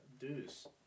Deuce